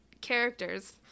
characters